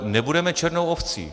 Nebudeme černou ovcí.